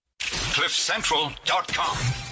Cliffcentral.com